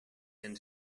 and